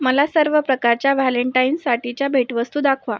मला सर्व प्रकारच्या व्हॅलेंटाईनसाठीच्या भेटवस्तू दाखवा